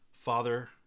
Father